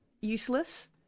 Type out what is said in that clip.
useless